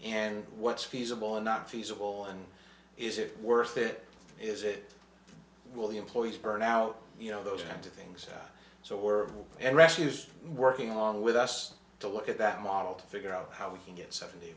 and what's feasible and not feasible and is it worth it is it will the employees burn out you know those kinds of things so we're rescuers working along with us to look at that model to figure out how we can get seventy